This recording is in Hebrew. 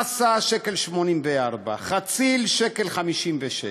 שקל, חסה, 1.84 שקל, חציל, 1.56,